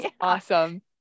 awesome